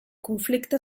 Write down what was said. conflicte